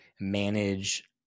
manage